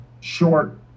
short